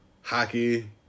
hockey